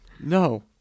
No